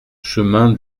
chemin